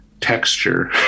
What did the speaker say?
texture